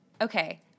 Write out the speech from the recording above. okay